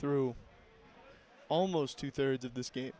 through almost two thirds of this game